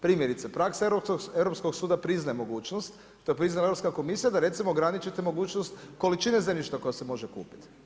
Primjerice praksa Europskog suda priznaje mogućnost, to je priznala Europska komisija da recimo ograničite mogućnost količine zemljišta koja se može kupiti.